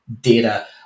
data